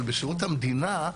בשירות המדינה,